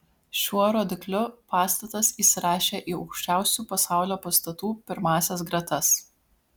šiuo rodikliu pastatas įsirašė į aukščiausių pasaulio pastatų pirmąsias gretas